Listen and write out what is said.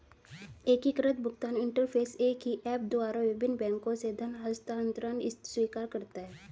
एकीकृत भुगतान इंटरफ़ेस एक ही ऐप द्वारा विभिन्न बैंकों से धन हस्तांतरण स्वीकार करता है